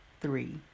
three